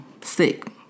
sick